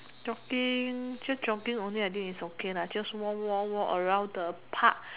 jogging just jogging only I think is okay lah just walk walk walk around the park